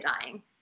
dying